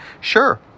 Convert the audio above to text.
Sure